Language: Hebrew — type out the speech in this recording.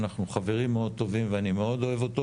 אנחנו חברים מאוד טובים ואני מאוד אוהב אותו